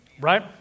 Right